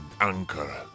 anchor